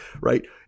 right